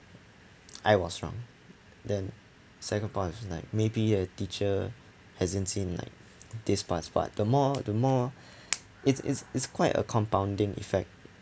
I was wrong then second point was like maybe a teacher hasn't seen like this the more the more it's it's it's quite a compounding effect